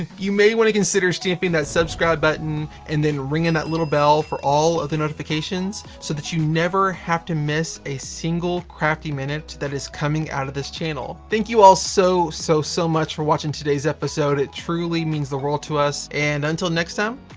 ah you may want to consider stamping that subscribe button, and then ringing that little bell for all of the notifications. so that you never have to miss a single crafty minute that is coming out of this channel. thank you all so, so, so much for watching today's episode. it truly means the world to us and until next time,